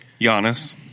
Giannis